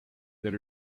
that